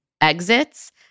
exits